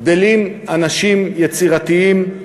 גדלים אנשים יצירתיים,